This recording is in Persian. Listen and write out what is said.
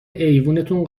ایوونتون